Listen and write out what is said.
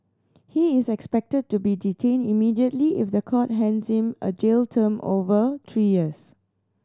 he is expected to be detained immediately if the court hands him a jail term over three years